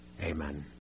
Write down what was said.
amen